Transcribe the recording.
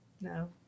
no